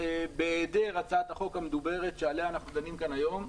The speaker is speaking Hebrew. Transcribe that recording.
בהיעדר הצעת החוק המודברת שעליה אנחנו דנים כאן היום,